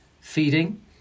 feeding